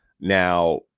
Now